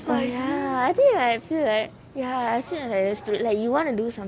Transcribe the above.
oh ya I think right I feel like ya I feel like a like you want to do something